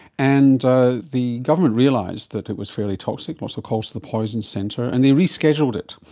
and ah the government realised that it was fairly toxic, lots of calls to the poison centre, and they rescheduled it.